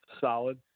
solid